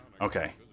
Okay